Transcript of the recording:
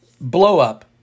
blow-up